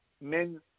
men